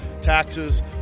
taxes